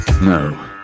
No